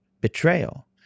Betrayal